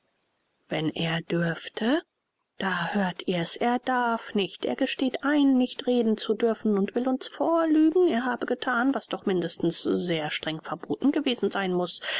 wenn er dürfte da hört ihr's er darf nicht er gesteht ein nicht reden zu dürfen und will uns vorlügen er habe gethan was doch mindestens sehr streng verboten gewesen sein muß